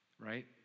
right